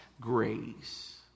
grace